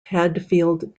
hadfield